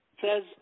says